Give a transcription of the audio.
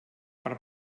per